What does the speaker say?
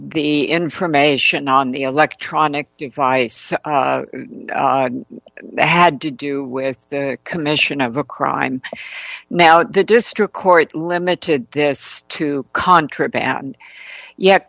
the information on the electronic device had to do with the commission of a crime now the district court limited this to contraband yet